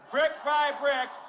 brick by brick,